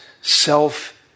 self